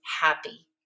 happy